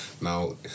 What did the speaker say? Now